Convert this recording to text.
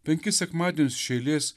penkis sekmadienius iš eilės